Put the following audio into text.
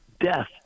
death